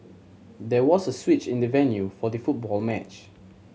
there was a switch in the venue for the football match